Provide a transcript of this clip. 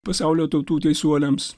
pasaulio tautų teisuoliams